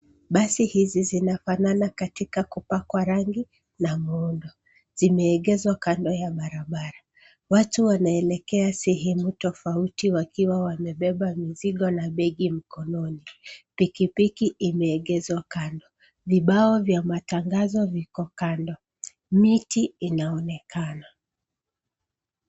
Basi hizi zinafanana katika kupakwa rangi na muundo. Zimeegezwa kando ya barabara. Watu wanaelekea sehemu tofauti wakiwa wamebeba mizigo na begi mkononi. Pikipiki imeekezwa kando. Vibao vya matangazo viko kando. Miti inaonekana.